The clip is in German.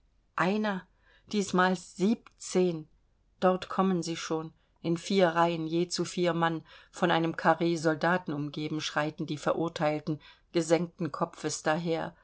einer diesmal siebzehn dort kommen sie schon in vier reihen je zu vier mann von einem carr soldaten umgeben schreiten die verurteilten gesenkten kopfes daher